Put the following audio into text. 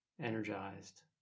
energized